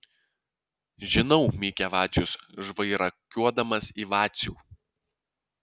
žinau mykia vacius žvairakiuodamas į vacių